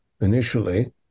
initially